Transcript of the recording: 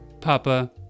Papa